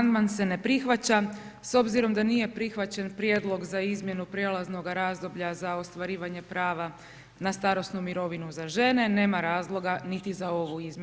Amandman se ne prihvaća, s obzirom da nije prihvaćen prijedlog za izmjenu prijelaznog razdoblja za ostvarivanje prava na starosnu mirovinu za žene nema razloga niti za ovu izmjenu.